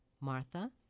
Martha